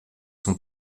son